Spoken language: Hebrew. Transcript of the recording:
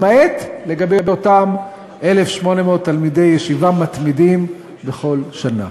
למעט לגבי אותם 1,800 תלמידי ישיבה מתמידים בכל שנה.